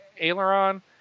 Aileron